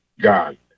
God